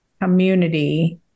community